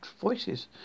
voices